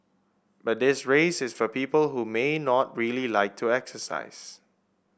but this race is for people who may not really like to exercise